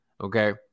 okay